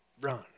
run